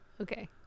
Okay